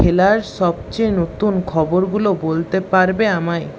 খেলার সবচেয়ে নতুন খবরগুলো বলতে পারবে আমায়